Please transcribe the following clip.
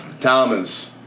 Thomas